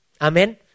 Amen